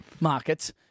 markets